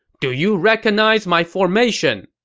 do you recognize my formation?